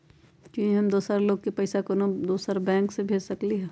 कि हम दोसर लोग के पइसा कोनो दोसर बैंक से भेज सकली ह?